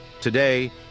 Today